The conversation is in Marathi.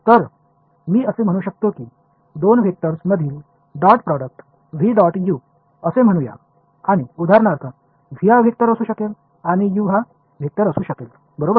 तर मी असे म्हणू शकतो की दोन व्हेक्टर्स मधील dot product v dot u असे म्हणू या आणि उदाहरणार्थ v हा वेक्टर असू शकेल आणि u हा वेक्टर असू शकेल बरोबर